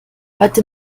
heute